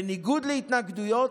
בניגוד להתנגדויות,